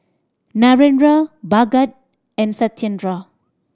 Narendra Bhagat and Satyendra